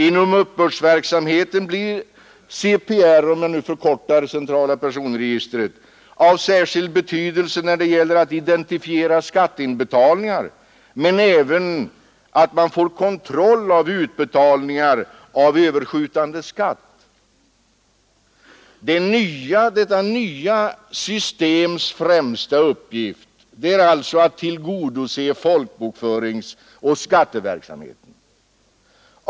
Inom uppbördsverksamheten blir CPR av särskild betydelse när det gäller att identifiera skatteinbetalningar, men man får även kontroll av utbetalningar av överskjutande skatt. Detta nya systems främsta uppgift är alltså att tillgodose folkbokföringsoch skatteverksamheten.